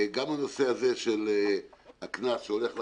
גם הנושא הזה של הקנס שהולך לחברה.